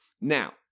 Now